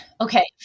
okay